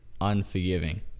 unforgiving